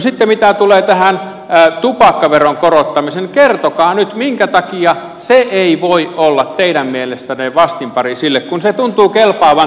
sitten mitä tulee tähän tupakkaveron korottamiseen kertokaa nyt minkä takia se ei voi olla teidän mielestänne vastinpari sille kun se tuntuu kelpaavan tälle puolelle